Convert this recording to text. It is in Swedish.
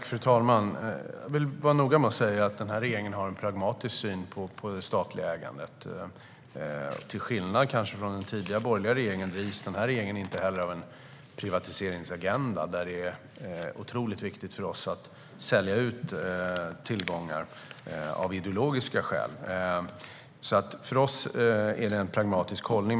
Fru talman! Jag vill vara noga med att säga att den här regeringen har en pragmatisk syn på det statliga ägandet. Den här regeringen drivs inte heller av en privatiseringsagenda, kanske till skillnad från den tidigare borgerliga regeringen. Det är inte viktigt för oss att sälja ut tillgångar av ideologiska skäl. Vi har alltså en pragmatisk hållning.